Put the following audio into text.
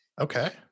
Okay